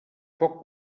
foc